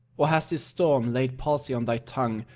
or has this storm laid palsy on thy tongue,